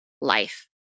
life